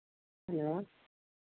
hello